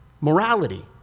Morality